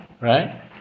right